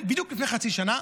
בדיוק לפני חצי שנה,